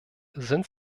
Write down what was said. sind